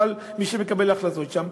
או על מי שמקבל החלטות שם,